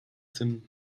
tym